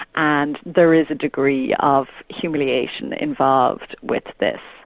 and there is a degree of humiliation involved with this.